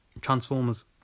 Transformers